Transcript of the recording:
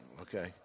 Okay